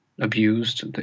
abused